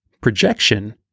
projection